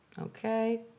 Okay